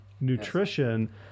nutrition